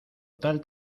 tal